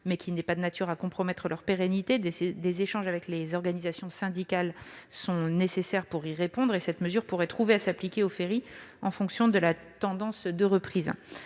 mais il n'est pas de nature à compromettre leur pérennité. Des échanges avec les organisations syndicalessont nécessaires, mais cette mesure pourrait trouver à s'appliquer aux ferries en fonction de la tendance de reprise.